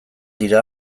dira